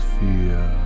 fear